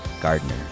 Gardner